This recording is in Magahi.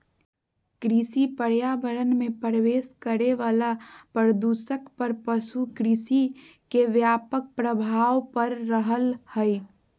कृषि पर्यावरण मे प्रवेश करे वला प्रदूषक पर पशु कृषि के व्यापक प्रभाव पड़ रहल हई